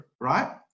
right